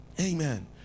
Amen